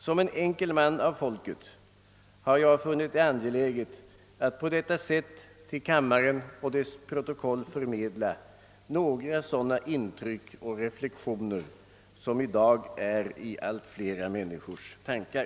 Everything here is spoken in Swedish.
Som en enkel man av folket har jag funnit det angeläget att på detta sätt till kammaren och dess protokoll förmedla nåra sådana intryck och reflexioner, som i dag är i allt flera människors tankar.